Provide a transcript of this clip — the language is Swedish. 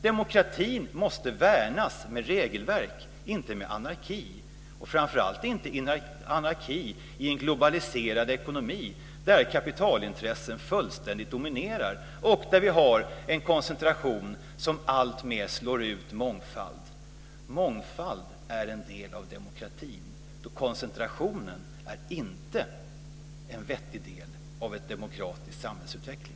Demokratin måste värnas med regelverk, inte med anarki och framför allt inte i en globaliserad ekonomi där kapitalintressen fullständigt dominerar och där vi har en koncentration som alltmer slår ut mångfald. Mångfald är en del av demokratin. Koncentrationen är inte en vettig del av en demokratisk samhällsutveckling.